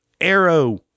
arrow